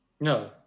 No